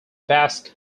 basque